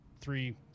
three